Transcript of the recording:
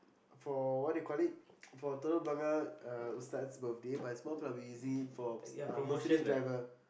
for what do you call it for telok-blangah uh Ustad's birthday but it's more probably easy for uh Mercedes driver